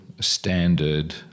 standard